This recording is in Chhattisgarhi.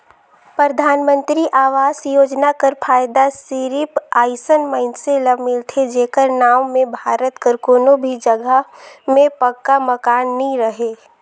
परधानमंतरी आवास योजना कर फएदा सिरिप अइसन मइनसे ल मिलथे जेकर नांव में भारत कर कोनो भी जगहा में पक्का मकान नी रहें